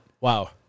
wow